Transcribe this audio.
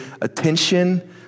attention